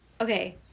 Okay